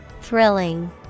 Thrilling